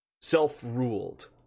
self-ruled